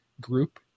group